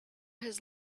his